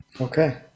okay